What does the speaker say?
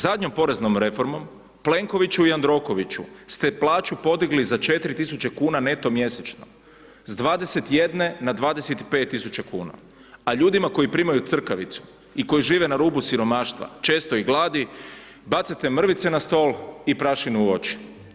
Zadnjom poreznom reformom Plenkoviću i Jandrokoviću ste plaću podigli za 4.000 kuna neto mjesečno s 21 na 25.000 kuna, a ljudima koji primaju crkavicu i koji žive na rubu siromaštva često i gladi bacate mrvice na stol i prašinu u oči.